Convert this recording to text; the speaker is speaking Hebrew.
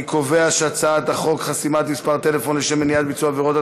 אני קובע שהצעת חוק חסימת מספר טלפון לשם מניעת ביצוע עבירות,